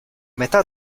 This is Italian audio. metà